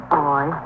boy